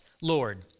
Lord